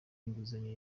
inguzanyo